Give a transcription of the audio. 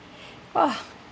!wah!